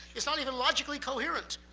it's not even logically coherent.